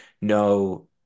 no